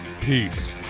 Peace